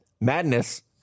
madness